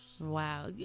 wow